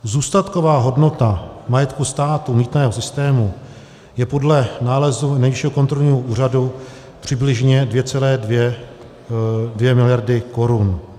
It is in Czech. Zůstatková hodnota majetku státu, mýtného systému, je podle nálezu Nejvyššího kontrolního úřadu přibližně 2,2 mld. korun.